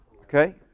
Okay